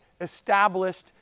Established